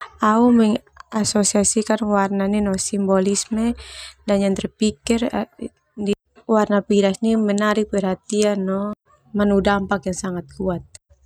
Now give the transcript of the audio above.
Au mengasosiasikan warna nia no simbolisme dan yang terpikir warna pilas nia menarik perhatian no manu dampak yang sangat kuat.